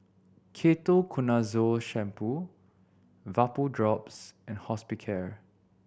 Ketoconazole Shampoo Vapodrops and Hospicare